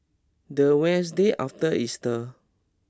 the Wednesday after Easter